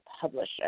publisher